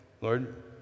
Lord